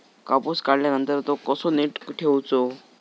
कापूस काढल्यानंतर तो कसो नीट ठेवूचो?